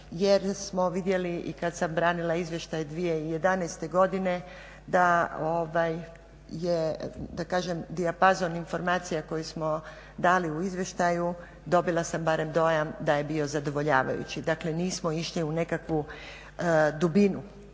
jer smo vidjeli i kad sam branila izvještaj 2011. godine da je, da kažem, dijapazon informacija koje smo dali u izvještaju, dobila sam barem dojam da je bio zadovoljavajući, dakle nismo išli u nekakvu dubinu.